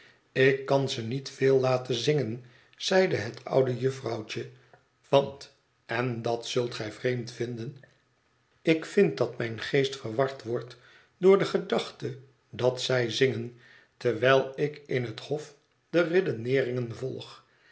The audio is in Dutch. ik kan ze niet veel laten zingen zeide het oude jufvrouwtje want en dat zult gij vreemd vinden ik vind dat mijn geest verward wordt door de gedachte dat zij zingen terwijl ik in het hof de redeneeringen volg